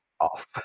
off